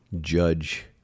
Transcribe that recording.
judge